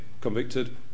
convicted